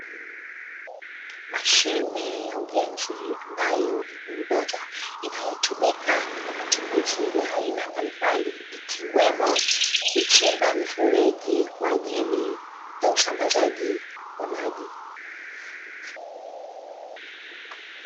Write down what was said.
Mashine ya ujenzi ambayo ni buldoza, inayotumika kwenye matumizi ya aina mbalimbali ikiwemo kuchimba mifereji kwa ajili ya usambazaji wa maji.